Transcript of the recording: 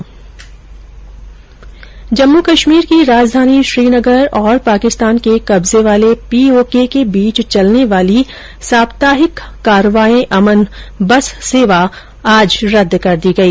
जम्मू कश्मीर की राजधानी श्रीनगर और पाकिस्तान के कब्जे वाले पीओके के बीच चलने वाली साप्ताहिक कारवां ए अमन बस सेवा आज रद्द कर दी गई